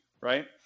right